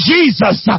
Jesus